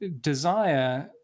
desire